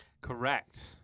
Correct